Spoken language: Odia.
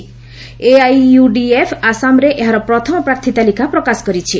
ଏଆଇୟୁଡିଏଫ୍ ଆସାମ୍ରେ ଏହାର ପ୍ରଥମ ପ୍ରାର୍ଥୀ ତାଲିକା ପ୍ରକାଶ କରିଛି